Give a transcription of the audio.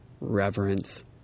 reverence